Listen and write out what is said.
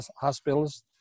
hospitals